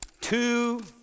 two